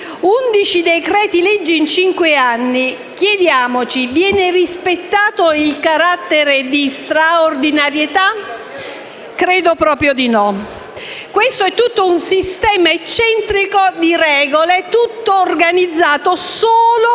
Undici decreti-legge in cinque anni. Chiediamoci: viene rispettato il carattere di straordinarietà? Credo proprio di no. È un sistema eccentrico di regole organizzato solo